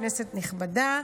כנסת נכבדה,